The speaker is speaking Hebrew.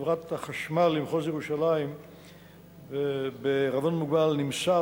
מחברת החשמל למחוז ירושלים בע"מ נמסר,